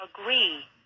agree